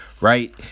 right